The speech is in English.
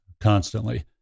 constantly